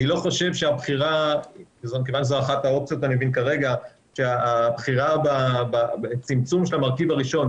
אני מבין שזו אחת האופציות כרגע שהבחירה בצמצום של המרכיב הראשון,